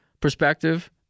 perspective